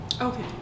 Okay